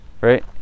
Right